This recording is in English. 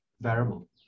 variable